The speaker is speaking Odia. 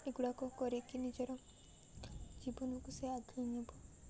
ଏଗୁଡ଼ାକ କରିକି ନିଜର ଜୀବନକୁ ସେ ଆଗେଇ ନେବ